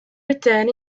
return